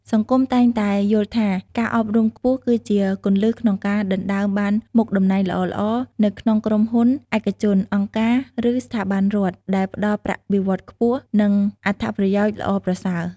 សង្គមតែងតែយល់ថា ការអប់រំខ្ពស់គឺជាគន្លឹះក្នុងការដណ្តើមបានមុខតំណែងល្អៗនៅក្នុងក្រុមហ៊ុនឯកជន អង្គការ ឬស្ថាប័នរដ្ឋ ដែលផ្តល់ប្រាក់បៀវត្សខ្ពស់ និងអត្ថប្រយោជន៍ល្អប្រសើរ។